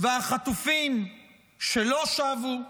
והחטופים שלא שבו,